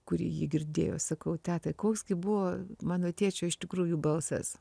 kuri ji girdėjo sakau tetai koks gi buvo mano tėčio iš tikrųjų balsas